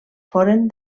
foren